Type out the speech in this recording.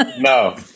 no